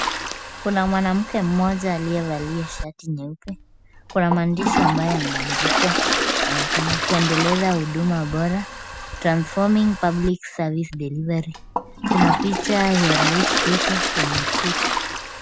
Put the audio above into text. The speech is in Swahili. Kuna mwanamke mmoja aliyevalia shati nyeupe. kuna maandishi ambayo yameandikwa, yanasema kwendeleza huduma bora, Transforming public service delivery kuna picha ya rais Ruto kwenye ukuta.